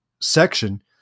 section